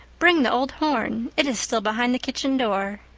bring the old horn. it is still behind the kitchen door.